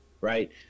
Right